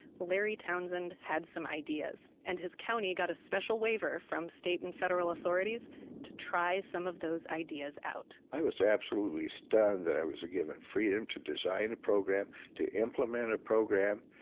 larry townsend had some ideas and his county got a special waiver from state and federal authorities to try some of those ideas out i was absolutely stunned that i was given freedom to design a program, to implement a program,